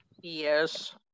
Yes